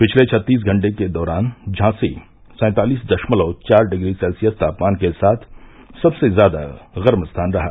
पिछले छत्तीस घंटे के दौरान झांसी सैंतालिस दशमलव चार डिग्री सेल्सियस तापमान के साथ सबसे ज्यादा गर्म स्थान रहा